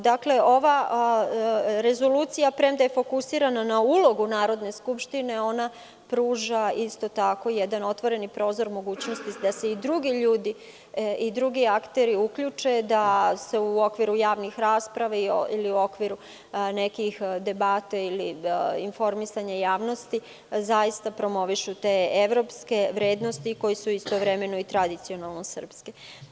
Dakle, ova rezolucija, premda je fokusirana na ulogu Narodne skupštine, ona pruža isto tako jedan otvoreni prozor mogućnosti da se i drugi ljudi i drugi akteri uključe da se u okviru javnih rasprava ili u okviru nekih debata, ili informisanja javnosti, zaista promovišu te evropske vrednosti koje su istovremeno tradicionalno i srpske.